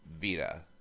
vita